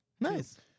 Nice